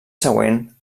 següent